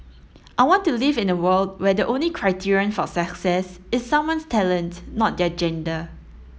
I want to live in a world where the only criterion for success is someone's talent not their gender